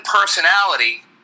personality